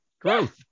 growth